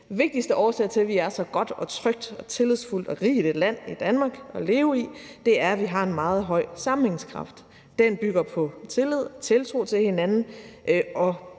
vigtigste årsager til, at Danmark er så godt, trygt, tillidsfuldt og rigt et land at leve i, er, at vi har en meget høj sammenhængskraft. Den bygger på tillid og tiltro til hinanden